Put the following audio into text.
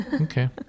Okay